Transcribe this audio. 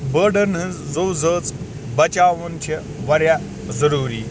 بٲرڑَن ہٕنٛز زُو زٲژ بچاوُن چھُ واریاہ ضروٗری